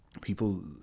People